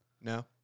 No